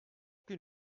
gün